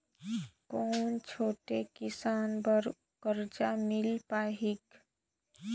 कौन छोटे किसान बर कर्जा मिल पाही ग?